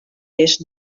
est